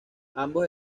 ambos